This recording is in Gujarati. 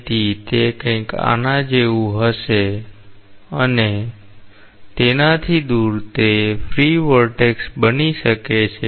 તેથી તે કંઈક આના જેવું હશે અને તેનાથી દૂર તે ફ્રી વર્ટેક્ષ બની શકે છે